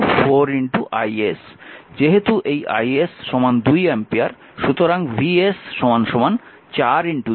যেহেতু এই is 2 ampere সুতরাং Vs 4 2 8 ভোল্ট